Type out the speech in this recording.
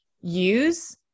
use